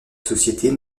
sociétés